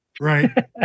Right